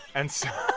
and so